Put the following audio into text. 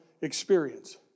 experience